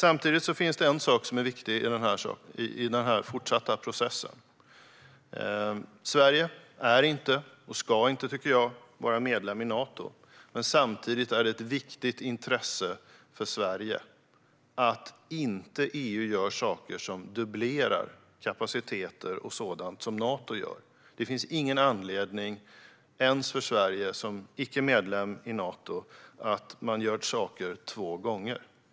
Det finns en sak som är viktig i den fortsatta processen. Sverige är inte och ska inte vara medlem i Nato, men samtidigt är det av intresse för Sverige att EU inte gör sådant som dubblerar kapaciteter med mera som Nato har. Det finns ingen anledning, ens för Sverige som inte är medlem i Nato, att man gör saker två gånger.